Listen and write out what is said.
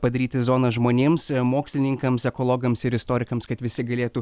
padaryti zonas žmonėms mokslininkams ekologams ir istorikams kad visi galėtų